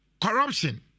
Corruption